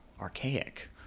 archaic